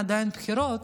אין עדיין בחירות,